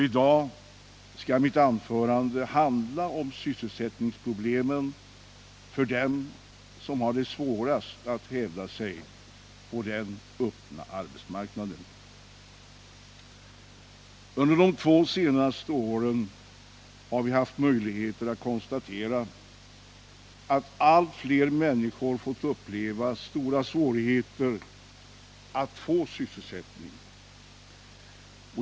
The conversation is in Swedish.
I dag skall mitt anförande handla om sysselsättningsproblemen för dem som har det svårast att hävda sig på den öppna marknaden. Under de två senaste åren har vi haft möjligheter att konstatera att allt fler människor fått uppleva stora svårigheter att få sysselsättning.